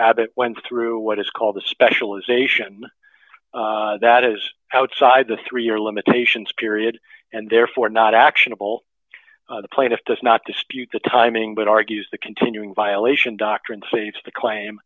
abbott went through what is called the specialization that is outside the three year limitations period and therefore not actionable the plaintiff does not dispute the timing but argues the continuing violation doctrine states the claim